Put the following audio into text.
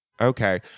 Okay